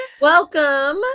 welcome